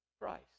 Christ